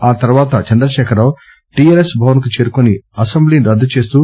ఆ తర్వాత చంద్రశేఖరరావు టీఆర్ఎస్ భవన్ కు చేరుకొని అసెంబ్లీని రద్దు చేస్తూ